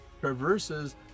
traverses